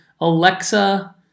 Alexa